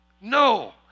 No